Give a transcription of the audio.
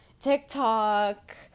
TikTok